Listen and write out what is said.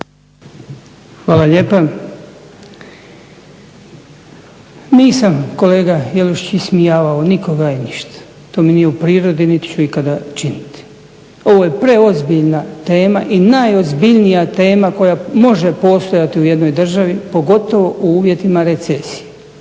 Hvala lijepa. Nisam kolega Jelušić ismijavao nikoga i ništa, to mi nije u prirodi niti ću ikada činiti. Ovo je preozbiljna tema i najozbiljnija tema koja može postojati u jednoj državi pogotovo u uvjetima recesije.